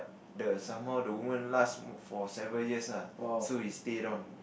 the somehow the woman last for several years ah so he stayed on